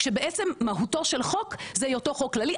שבעצם מהותו של חוק זה היותו חוק כללי,